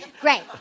Great